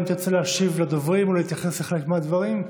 האם תרצה להשיב לדוברים או להתייחס לחלק מהדברים?